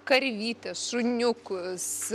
karvytes šuniukus